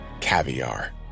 Caviar